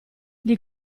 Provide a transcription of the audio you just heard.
gli